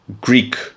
Greek